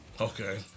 Okay